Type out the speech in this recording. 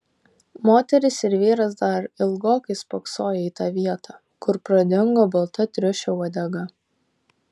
moteris ir vyras dar ilgokai spoksojo į tą vietą kur pradingo balta triušio uodega